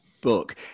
book